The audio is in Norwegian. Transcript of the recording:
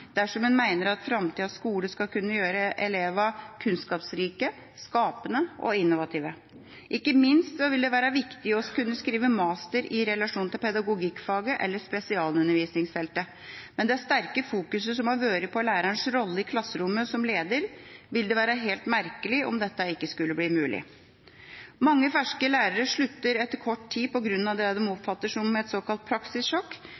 dersom en mener at framtidas skole skal kunne gjøre elevene kunnskapsrike, skapende og innovative. Ikke minst vil det være viktig å kunne skrive master i relasjon til pedagogikkfaget eller spesialundervisningsfeltet. Med den sterke fokuseringen som har vært på lærerens rolle i klasserommet som leder, vil det være helt merkelig om dette ikke skulle bli mulig. Mange ferske lærere slutter etter kort tid på grunn av det de oppfatter som et såkalt praksissjokk.